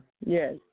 Yes